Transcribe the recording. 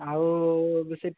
ଆଉ